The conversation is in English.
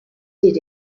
did